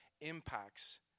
impacts